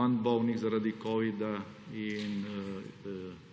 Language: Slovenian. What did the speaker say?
manj bolnih zaradi covida in